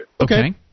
Okay